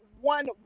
one